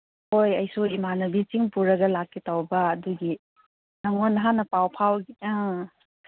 ꯍꯣꯏ ꯑꯩꯁꯨ ꯏꯃꯥꯟꯅꯕꯤꯁꯤꯡ ꯄꯨꯔꯒ ꯂꯥꯛꯀꯦ ꯇꯧꯕ ꯑꯗꯨꯒꯤ ꯅꯪꯉꯣꯟꯗ ꯍꯥꯟꯅ ꯄꯥꯎ ꯐꯥꯎ ꯑꯥ